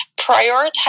prioritize